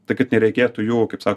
kai kad nereikėtų jų kaip sako